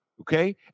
okay